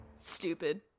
stupid